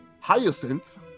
hyacinth